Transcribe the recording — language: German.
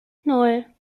nan